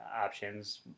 options